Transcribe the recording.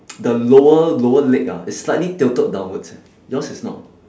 the lower lower leg ah is slightly tilted downwards eh yours is not